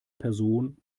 person